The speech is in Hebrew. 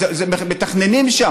מתכננים שם,